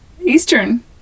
eastern